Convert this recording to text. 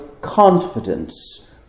confidence